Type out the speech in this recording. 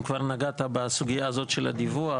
אם כבר נגעת בסוגיה הזאת של הדיווח,